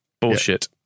Bullshit